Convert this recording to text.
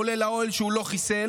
כולל האוהל שהוא לא חיסל,